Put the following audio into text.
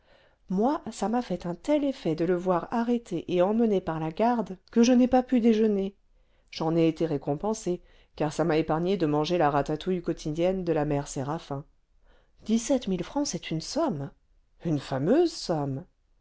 moi ça m'a fait un tel effet de le voir arrêter et emmener par la garde que je n'ai pas pu déjeuner j'en ai été récompensé car ça m'a épargné de manger la ratatouille quotidienne de la mère séraphin dix-sept mille francs c'est une somme une fameuse somme